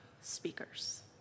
speakers